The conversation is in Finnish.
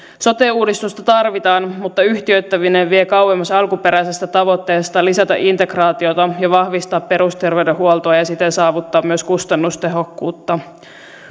sote uudistusta tarvitaan mutta yhtiöittäminen vie kauemmas alkuperäisestä tavoitteesta lisätä integraatiota ja vahvistaa perusterveydenhuoltoa ja siten saavuttaa myös kustannustehokkuutta